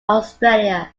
australia